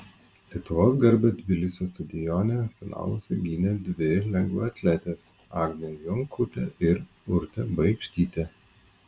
lietuvos garbę tbilisio stadione finaluose gynė dvi lengvaatletės agnė jonkutė ir urtė baikštytė